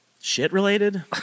shit-related